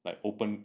like open